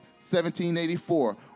1784